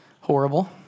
Horrible